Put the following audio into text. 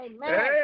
Amen